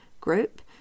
group